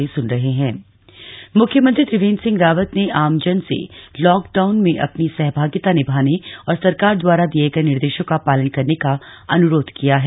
CM appeal म्ख्यमंत्री त्रिवेन्द्र सिंह रावत ने आमजन से लॉक डाउन में अपनी सहभागिता निभाने और सरकार द्वारा दिए गए निर्देशों का पालन करने का अनुरोध किया है